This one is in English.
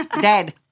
Dead